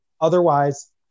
Otherwise